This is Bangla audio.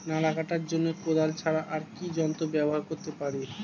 নালা কাটার জন্য কোদাল ছাড়া আর কি যন্ত্র ব্যবহার করতে পারি?